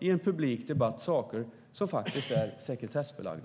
i en publik debatt föregripa saker som faktiskt är sekretessbelagda.